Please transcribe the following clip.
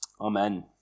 Amen